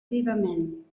vivament